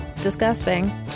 disgusting